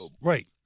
Right